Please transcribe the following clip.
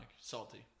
Salty